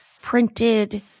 printed